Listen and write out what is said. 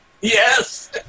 Yes